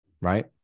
right